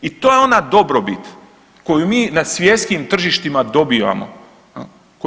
I to je ona dobrobit koju mi na svjetskim tržištima dobivamo.